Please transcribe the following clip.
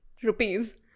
rupees